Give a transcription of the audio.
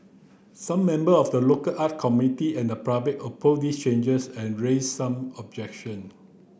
some member of the local art community and the public opposed these changes and raised some objection